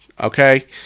Okay